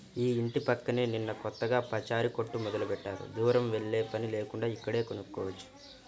మా యింటి పక్కనే నిన్న కొత్తగా పచారీ కొట్టు మొదలుబెట్టారు, దూరం వెల్లేపని లేకుండా ఇక్కడే కొనుక్కోవచ్చు